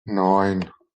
neun